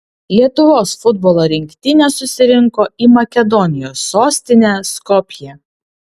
lietuvos futbolo rinktinė susirinko į makedonijos sostinę skopję